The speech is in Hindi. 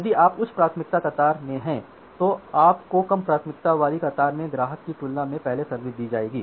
यदि आप उच्च प्राथमिकता कतार में हैं तो आपको कम प्राथमिकता वाली कतार में ग्राहक की तुलना में पहले सर्विस की जाएगी